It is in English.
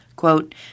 Quote